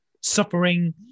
suffering